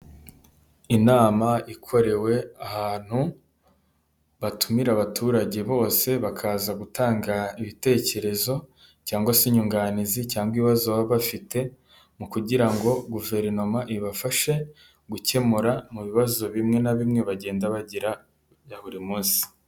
Inama ikorewe ahantu batumira abaturage bose bakaza gutanga ibitekerezo cyangwa se inyunganizi cyangwa ibibazo baba bafite, mu kugira ngo guverinoma ibafashe gukemura mu bibazo bimwe na bimwe bagenda bagira bya buri munsi.